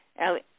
Ellie